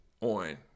on